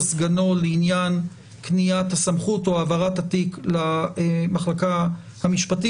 סגנו לעניין קניית הסמכות או העברת התיק למחלקה המשפטית.